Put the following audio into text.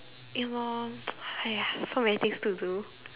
awol !haiya! so many things to do